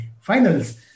finals